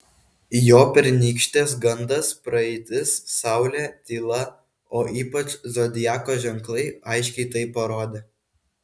jo pernykštės gandas praeitis saulė tyla o ypač zodiako ženklai aiškiai tai parodė